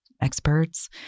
experts